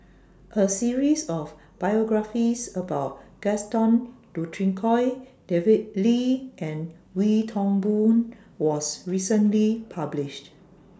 A series of biographies about Gaston Dutronquoy David Lee and Wee Toon Boon was recently published